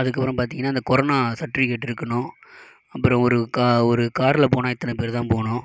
அதுக்கப்புறம் பார்த்திங்கனா அந்த கொரோனா சர்டிஃபிகேட் இருக்கணும் அப்புறம் ஒரு ஒரு காரில் போனால் இத்தனை பேருதான் போகணும்